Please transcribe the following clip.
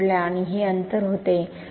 आणि हे अंतर होते